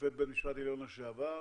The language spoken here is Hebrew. שופט בית משפט עליון לשעבר,